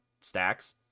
stacks